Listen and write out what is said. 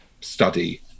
study